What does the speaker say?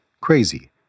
crazy